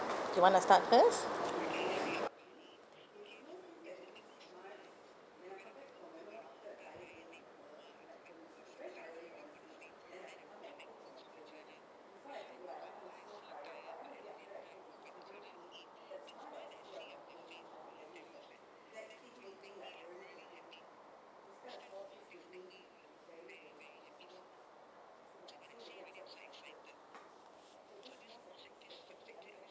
you want to start first